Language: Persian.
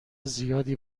زیادی